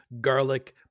garlic